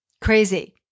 Crazy